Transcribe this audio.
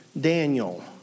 Daniel